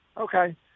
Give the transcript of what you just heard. Okay